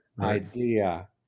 idea